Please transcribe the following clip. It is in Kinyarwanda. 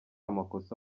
amakosa